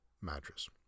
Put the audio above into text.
mattress